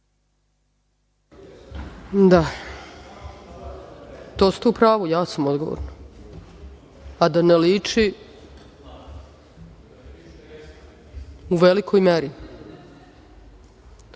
To ste u pravu, ja sam odgovorna, a da ne liči, u velikoj meri.